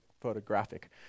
photographic